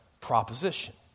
proposition